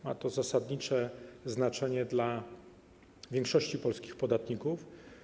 Ma to zasadnicze znaczenie dla większości polskich podatników.